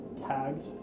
Tagged